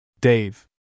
Dave